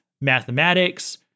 mathematics